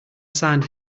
sand